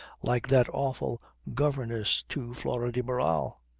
like that awful governess to flora de barral.